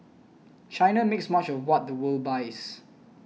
China makes much of what the world buys